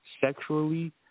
sexually